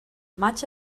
much